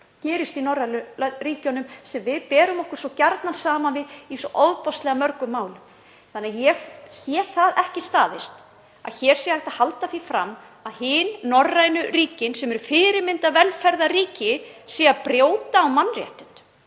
okkar, í norrænu ríkjunum sem við berum okkur svo gjarnan saman við í svo ofboðslega mörgum málum. Ég sé ekki að það standist að hér sé hægt að halda því fram að hin norrænu ríkin, sem eru fyrirmyndarvelferðarríki, séu að brjóta á mannréttindum.